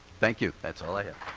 thank you, that's all i ah